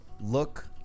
look